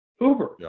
Uber